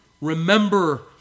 remember